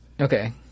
Okay